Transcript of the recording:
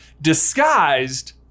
disguised